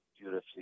beautifully